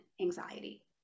anxiety